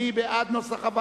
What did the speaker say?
מי בעד?